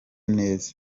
neza